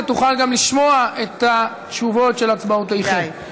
תוכל גם לשמוע את התשובות של הצבעותיכם.